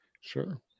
Sure